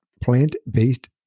plant-based